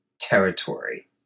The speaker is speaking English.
territory